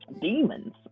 Demons